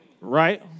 right